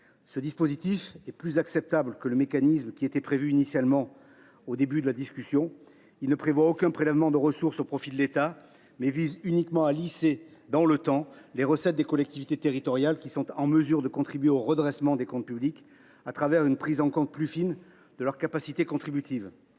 Ce dispositif est plus acceptable que le mécanisme prévu initialement : il ne prévoit aucun prélèvement de ressources au profit de l’État, mais vise uniquement à lisser dans le temps les recettes des collectivités territoriales qui sont en mesure de contribuer au redressement des comptes publics, au travers d’une prise en compte plus fine de leur capacité contributive.